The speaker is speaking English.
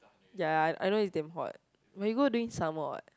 ya ya I know it's damn hot wait you go during summer or what